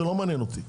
זה לא מעניין אותי.